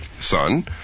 son